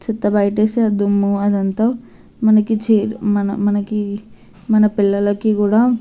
చెత్త బయటేస్తే ఆ దుమ్ము అదంతా మనకి చె మన మనకి మన పిల్లలకి కూడా